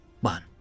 one